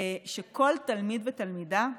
שכל תלמיד ותלמידה ייגעו,